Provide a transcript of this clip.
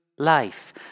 Life